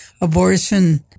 abortion –